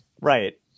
Right